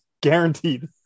guaranteed